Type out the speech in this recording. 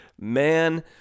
Man